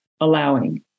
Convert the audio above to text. allowing